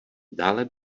dále